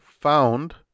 found